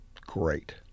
great